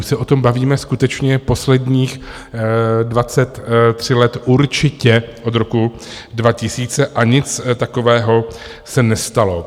Už se o tom bavíme skutečně posledních 23 let, určitě od roku 2000, a nic takového se nestalo.